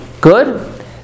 good